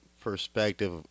perspective